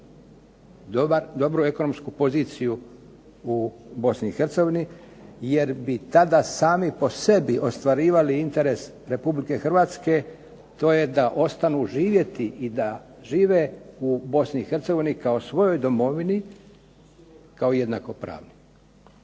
dobru ekonomsku poziciju u Bosni i Hercegovini jer bi tada sami po sebi ostvarivali interes Republike Hrvatske. To je da ostanu živjeti i da žive u Bosni i Hercegovini kao svojoj Domovini kao jednakopravni.